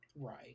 Right